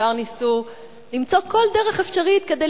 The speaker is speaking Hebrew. בעיקר ניסו למצוא כל דרך אפשרית כדי